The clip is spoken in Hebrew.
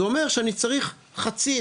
זה אומר שאני צריך חצי,